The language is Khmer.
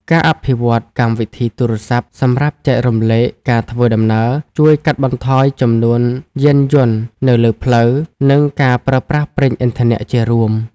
ការអភិវឌ្ឍកម្មវិធីទូរស័ព្ទសម្រាប់ចែករំលែកការធ្វើដំណើរ ជួយកាត់បន្ថយចំនួនយានយន្តនៅលើផ្លូវ និងការប្រើប្រាស់ប្រេងឥន្ធនៈជារួម។